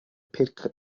pitt